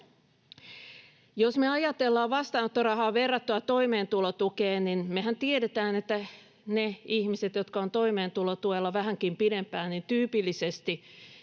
Jos me ajatellaan vastaanottorahaa verrattuna toimeentulotukeen, niin mehän tiedetään, että ne ihmiset, jotka ovat toimeentulotuella vähänkin pidempään, tyypillisesti